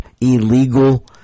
illegal